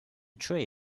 tray